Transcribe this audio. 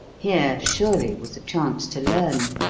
here, surely, was a chance to learn.